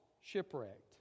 shipwrecked